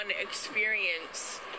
experience